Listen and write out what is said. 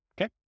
Okay